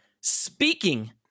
Speaking